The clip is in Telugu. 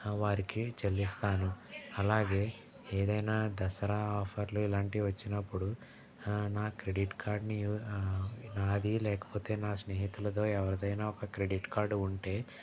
వారికి చెల్లిస్తాను అలాగే ఏదైనా దసరా ఆఫర్లు ఇలాంటివి వచ్చినపుడు నా క్రెడిట్ కార్డ్ని నాది లేకపోతే నా స్నేహితులదో ఎవరిదైనా ఒక క్రెడిట్ కార్డ్ ఉంటే